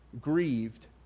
grieved